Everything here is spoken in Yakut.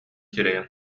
сирэйин